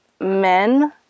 men